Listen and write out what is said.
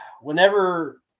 whenever